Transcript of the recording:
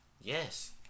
Yes